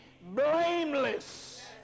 blameless